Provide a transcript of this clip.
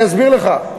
אני אסביר לך.